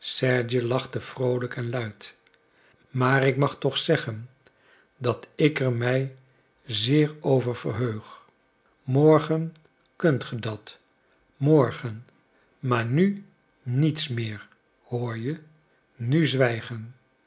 sergej lachte vroolijk en luid maar ik mag toch zeggen dat ik er mij zeer over verheug morgen kunt ge dat morgen maar nu niets meer hoor je nu zwijgen